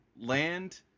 land